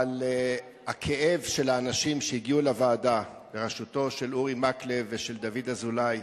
אבל הכאב של האנשים שהגיעו לוועדה בראשות אורי מקלב ודוד אזולאי,